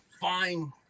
fine